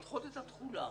לדחות את התחולה